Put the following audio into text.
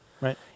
Right